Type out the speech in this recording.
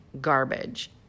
garbage